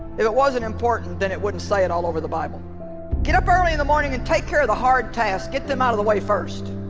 it it wasn't important than it wouldn't say it all over the bible get up early in the morning and take care of the hard tasks get them out of the way first